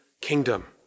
kingdom